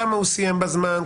כמה הוא סיים בזמן,